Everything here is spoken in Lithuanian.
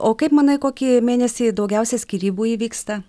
o kaip manai kokį mėnesį daugiausia skyrybų įvyksta